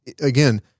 again